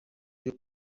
byo